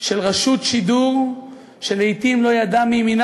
של רשות שידור שלעתים לא ידעה מימינה